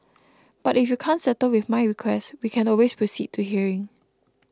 but if you can't settle with my request we can always proceed to hearing